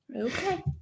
okay